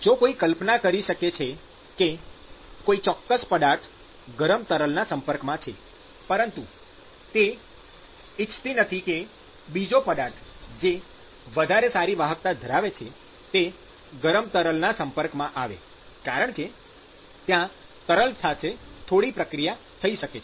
તેથી કોઈ કલ્પના કરી શકે છે કે કોઈ ચોક્કસ પદાર્થ ગરમ તરલના સંપર્કમાં છે પરંતુ તે ઇચ્છતી નથી કે બીજો પદાર્થ જે વધારે સારી વાહકતા ધરાવે છે તે ગરમ તરલના સંપર્કમાં આવે કારણકે ત્યાં તરલ સાથે થોડી પ્રતિક્રિયા થઈ શકે છે